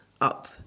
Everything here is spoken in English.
up